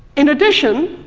in addition,